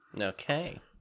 okay